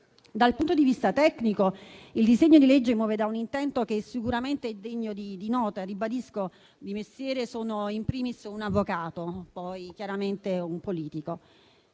Dal punto di vista tecnico, il disegno di legge muove da un intento che è sicuramente degno di nota. Ribadisco che, di mestiere, sono *in primis* un avvocato e poi, chiaramente, un politico.